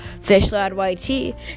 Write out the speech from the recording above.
FishLadYT